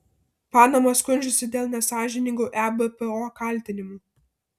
panama skundžiasi dėl nesąžiningų ebpo kaltinimų